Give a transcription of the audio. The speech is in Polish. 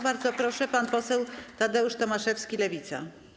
Bardzo proszę, pan poseł Tadeusz Tomaszewski, Lewica.